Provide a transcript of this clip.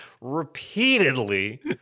repeatedly